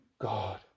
God